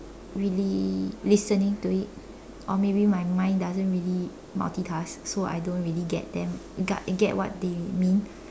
really listening to it or maybe my mind doesn't really multitask so I don't really get them gut get what they mean